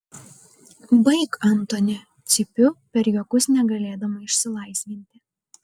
baik antoni cypiu per juokus negalėdama išsilaisvinti